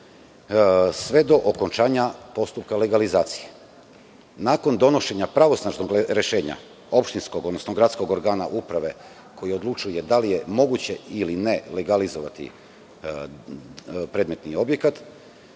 sve do okončanja postupka legalizacije. Nakon donošenja opštinskog pravosnažnog rešenja, odnosno gradskog organa uprave koji odlučuje da li je moguće ili ne legalizovati predmetni objekat,